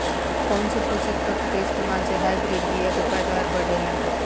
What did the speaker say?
कौन से पोषक तत्व के इस्तेमाल से हाइब्रिड बीया के पैदावार बढ़ेला?